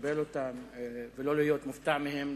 לקבל אותן ולא להיות מופתע מהן,